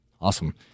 Awesome